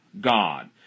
God